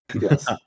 Yes